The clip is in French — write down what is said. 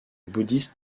bouddhiste